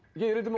years